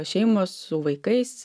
šeimos su vaikais